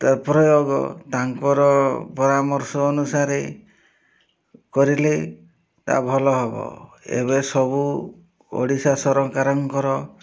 ତାପରେ ତାଙ୍କର ପରାମର୍ଶ ଅନୁସାରେ କରିଲେ ତା ଭଲ ହେବ ଏବେ ସବୁ ଓଡ଼ିଶା ସରକାରଙ୍କର